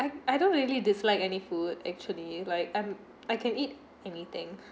I don't really dislike any food actually like I'm I can eat anything